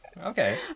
Okay